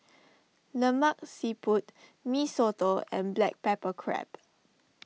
Lemak Siput Mee Soto and Black Pepper Crab